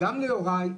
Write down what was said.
וגם ליוראי,